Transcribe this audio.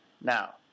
Now